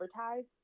advertise